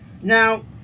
Now